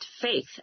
faith